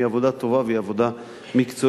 היא עבודה טובה והיא עבודה מקצועית.